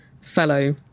fellow